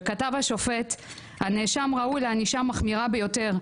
השופט כתב כך: "הנאשם ראוי לענישה מחמירה ביותר,